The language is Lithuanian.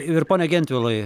ir pone gentvilai